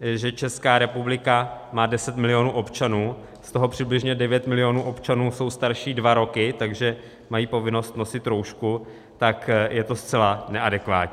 že Česká republika má 10 milionů občanů, z toho přibližně 9 milionů občanů jsou starší než dva roky, takže mají povinnost nosit roušku, tak je to zcela neadekvátní.